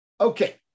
Okay